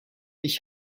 ich